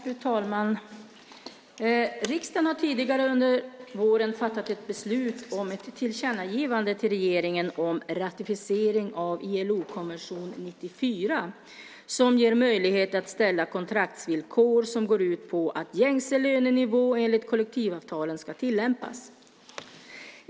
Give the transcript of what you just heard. Fru talman! Riksdagen har tidigare under våren fattat ett beslut om ett tillkännagivande till regeringen om ratificering av ILO-konvention 94 som ger möjlighet att ställa kontraktsvillkor som går ut på att gängse lönenivå enligt kollektivavtal ska tillämpas.